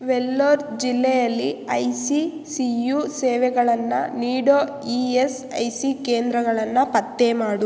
ವೆಲ್ಲೋರ್ ಜಿಲ್ಲೆಯಲ್ಲಿ I C C U ಸೇವೆಗಳನ್ನು ನೀಡೋ ಇ ಎಸ್ ಐ ಸಿ ಕೇಂದ್ರಗಳನ್ನು ಪತ್ತೆ ಮಾಡು